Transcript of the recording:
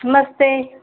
नमस्ते